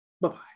Bye-bye